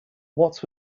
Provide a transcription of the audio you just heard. what